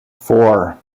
four